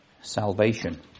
salvation